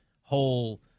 whole